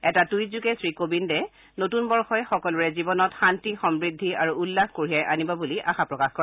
এটা টুইটযোগে শ্ৰীকোবিন্দে নতুন বৰ্যই সকলোৰে জীৱনত শান্তি সমৃদ্ধি আৰু উল্লাস কঢ়িয়াই আনিব বুলি আশা প্ৰকাশ কৰে